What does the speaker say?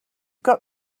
got